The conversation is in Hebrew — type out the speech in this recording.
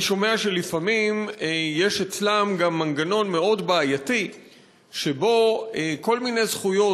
אני שומע שלפעמים יש אצלם גם מנגנון מאוד בעייתי שבו כל מיני זכויות,